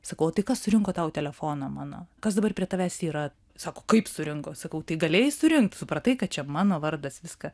sakau o tai kas surinko tau telefoną mano kas dabar prie tavęs yra sako kaip surinko sakau tai galėjai surinkt supratai kad čia mano vardas viską